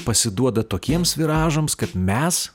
pasiduoda tokiems viražams kad mes